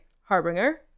harbinger